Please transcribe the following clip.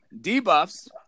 Debuffs